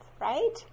right